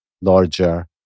larger